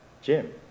Jim